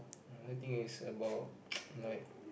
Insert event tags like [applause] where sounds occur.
another thing is about [noise] like